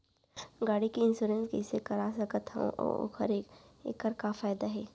गाड़ी के इन्श्योरेन्स कइसे करा सकत हवं अऊ एखर का फायदा हे?